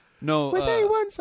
No